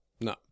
No